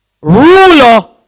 ruler